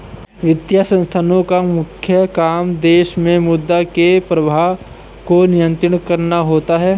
वित्तीय संस्थानोँ का मुख्य काम देश मे मुद्रा के प्रवाह को नियंत्रित करना होता है